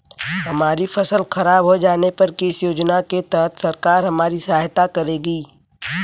हमारी फसल खराब हो जाने पर किस योजना के तहत सरकार हमारी सहायता करेगी?